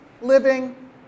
living